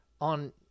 on